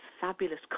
fabulous